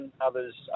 others